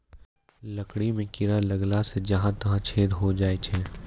लकड़ी म कीड़ा लगला सें जहां तहां छेद होय जाय छै